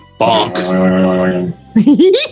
Bonk